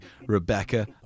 Rebecca